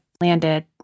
landed